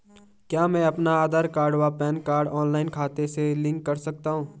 क्या मैं अपना आधार व पैन कार्ड ऑनलाइन खाते से लिंक कर सकता हूँ?